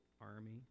army